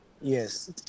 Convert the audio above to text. Yes